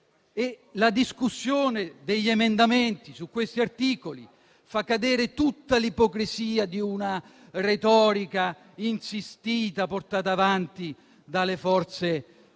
La discussione degli emendamenti su questi articoli fa cadere tutta l'ipocrisia di una retorica insistita, portata avanti dalle forze della